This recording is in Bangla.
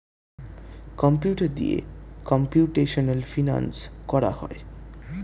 কম্পিউটার দিয়ে কম্পিউটেশনাল ফিনান্স করা হয়